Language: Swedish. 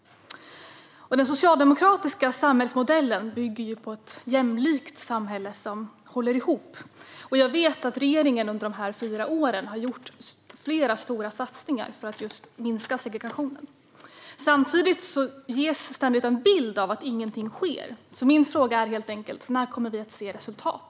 Den socialdemokratiska samhällsmodellen bygger på ett jämlikt samhälle som håller ihop, och jag vet att regeringen under dessa fyra år har gjort flera stora satsningar för att just minska segregationen. Samtidigt ges ständigt en bild av att inget sker. Min fråga är därför: När kommer vi att se resultat?